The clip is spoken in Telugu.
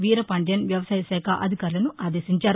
వీరపాంధ్యన్ వ్యవసాయ శాఖ అధికారులను ఆదేశించారు